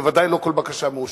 בוודאי לא כל בקשה מאושרת,